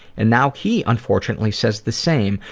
and now he unfortunately says the same,